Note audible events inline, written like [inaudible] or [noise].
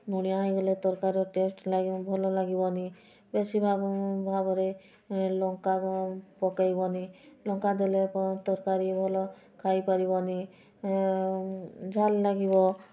ଲୁଣିଆ ହୋଇଗଲେ ତରକାରୀର ଟେଷ୍ଟ୍ [unintelligible] ଭଲ ଲାଗିବନି ବେଶୀ ଭାବରେ ଲଙ୍କା ପକେଇବନି ଲଙ୍କା ଦେଲେ ତରକାରୀ ଭଲ ଖାଇ ପାରିବନି ଝାଲ ଲାଗିବ